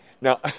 Now